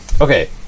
Okay